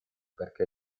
perché